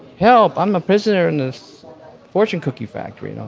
help. i'm a prisoner in this fortune cookie factory. you know